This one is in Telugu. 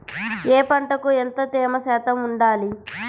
ఏ పంటకు ఎంత తేమ శాతం ఉండాలి?